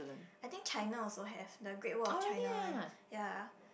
I think China also have the Great-Wall-of-China one ya